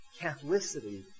Catholicity